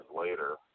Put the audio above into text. later